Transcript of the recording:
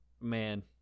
man